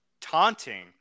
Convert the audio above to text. taunting